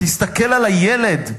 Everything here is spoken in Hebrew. תסתכל על הילד.